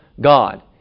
God